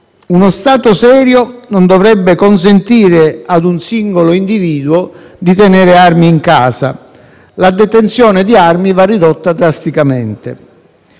«Uno Stato serio (...) non dovrebbe consentire ad un singolo individuo di tenere (...) armi in casa. La detenzione di armi va ridotta drasticamente».